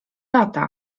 lata